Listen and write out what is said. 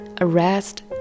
arrest